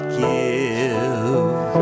give